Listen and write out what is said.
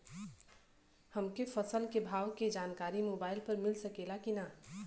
हमके फसल के भाव के जानकारी मोबाइल पर मिल सकेला की ना?